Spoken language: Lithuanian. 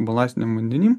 balastiniam vandeny